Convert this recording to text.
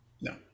No